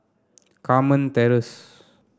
Carmen Terrace